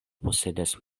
posedas